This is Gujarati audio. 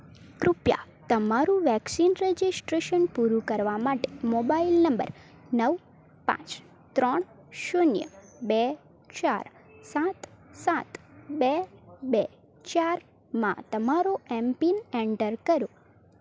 કૃપયા તમારું વેક્સિન રજિસ્ટ્રેશન પૂરું કરવા માટે મોબાઈલ નંબર નવ પાંચ ત્રણ શૂન્ય બે ચાર સાત સાત બે બે ચારમાં તમારો એમપિન એન્ટર કરો